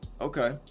Okay